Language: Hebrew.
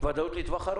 ודאות לטווח ארוך,